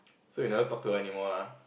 so you never talk to her anymore lah